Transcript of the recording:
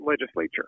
legislature